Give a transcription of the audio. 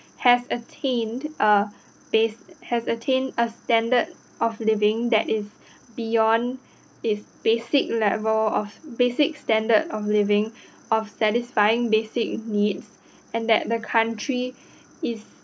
has attained a base has attained a standard of living that is beyond its basic level of basic standard of living of satisfying basic needs and that the country is